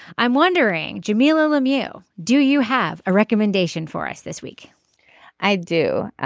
i'm wondering jamilah lemieux do you have a recommendation for us this week i do.